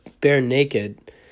bare-naked